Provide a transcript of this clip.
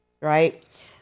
right